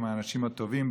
הם האנשים הטובים.